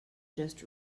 just